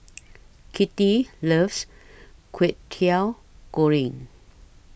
Kitty loves Kwetiau Goreng